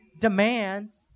demands